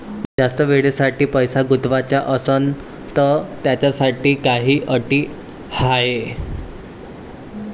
जास्त वेळेसाठी पैसा गुंतवाचा असनं त त्याच्यासाठी काही अटी हाय?